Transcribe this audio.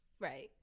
Right